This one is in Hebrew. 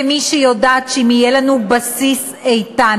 כמי שיודעת שאם יהיה לנו בסיס איתן,